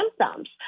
symptoms